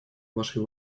вашей